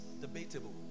debatable